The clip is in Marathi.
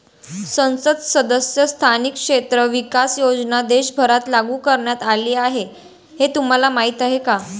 संसद सदस्य स्थानिक क्षेत्र विकास योजना देशभरात लागू करण्यात आली हे तुम्हाला माहीत आहे का?